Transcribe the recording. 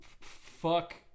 fuck